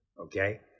okay